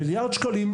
מיליארד שקלים,